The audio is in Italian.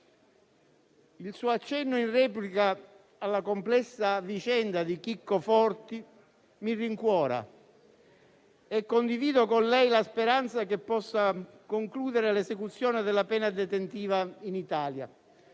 Il suo accenno in replica alla complessa vicenda di Chico Forti mi rincuora, e condivido con lei la speranza che possa concludere l'esecuzione della pena detentiva in Italia.